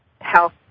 health